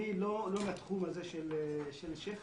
אני לא בתחום הזה של שפ"י,